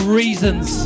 reasons